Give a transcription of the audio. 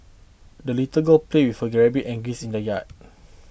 the little girl played with her rabbit and geese in the yard